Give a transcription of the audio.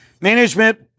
Management